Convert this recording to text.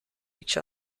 each